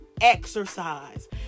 exercise